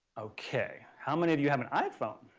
okay. how many of you have an i-phone?